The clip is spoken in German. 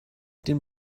den